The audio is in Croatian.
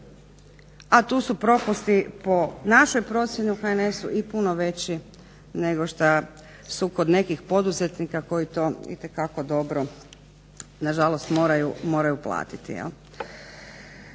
A tu su propusti po našoj procjeni u HNS-u puno veći nego što su kod nekih poduzetnika koji to jako dobro moraju platiti.